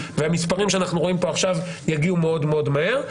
והמספרים שאנחנו רואים פה עכשיו יגיעו מאוד מהר.